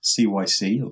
CYC